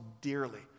dearly